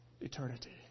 eternity